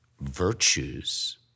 virtues